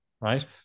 right